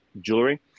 jewelry